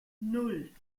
nan